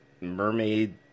mermaid